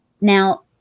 Now